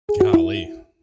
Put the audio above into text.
Golly